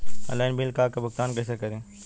Online bill क भुगतान कईसे करी?